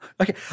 Okay